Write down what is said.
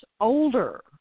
older